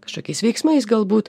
kažkokiais veiksmais galbūt